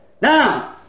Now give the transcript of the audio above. Now